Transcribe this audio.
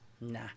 Nah